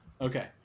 Okay